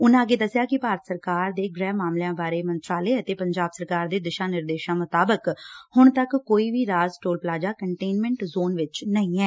ਉਨੂਾ ੱਗੇ ਦੱਸਿਆ ਕਿ ਭਾਰਤ ਸਰਕਾਰ ਦੇ ਗ੍ਹਿ ਮਾਮਲਿਆਂ ਬਾਰੇ ਮੰਤਰਾਲੇ ਅਤੇ ਪੰਜਾਬ ਸਰਕਾਰ ਦੇ ਦਿਸ਼ਾ ਨਿਰਦੇਸ਼ਾਂ ਅਨੁਸਾਰ ਹੁਣ ਤੱਕ ਕੋਈ ਵੀ state toll plaza containment zone ਵਿੱਚ ਨਹੀ ਹੈ